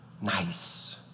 nice